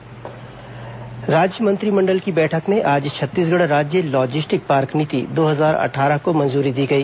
मंत्रिमंडल निर्णय राज्य मंत्रिमंडल की बैठक में आज छत्तीसगढ़ राज्य लॉजिस्टिक पार्क नीति दो हजार अट्ठारह को मंजूरी दी गई